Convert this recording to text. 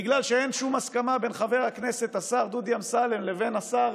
שבגלל שאין שום הסכמה בין חבר הכנסת השר דודי אמסלם לבין השר